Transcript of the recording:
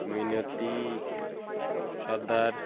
মিনতি সর্দার